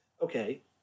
Okay